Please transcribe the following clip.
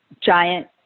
giant